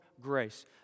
grace